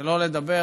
שלא לדבר